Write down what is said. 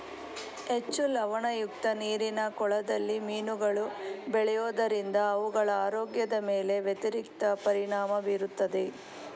ಹೆಚ್ಚು ಲವಣಯುಕ್ತ ನೀರಿನ ಕೊಳದಲ್ಲಿ ಮೀನುಗಳು ಬೆಳೆಯೋದರಿಂದ ಅವುಗಳ ಆರೋಗ್ಯದ ಮೇಲೆ ವ್ಯತಿರಿಕ್ತ ಪರಿಣಾಮ ಬೀರುತ್ತದೆ